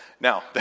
Now